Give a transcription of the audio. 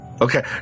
Okay